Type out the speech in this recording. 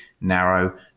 narrow